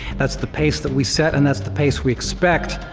that's the pace that we set, and that's the pace we expect,